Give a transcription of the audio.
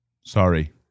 Sorry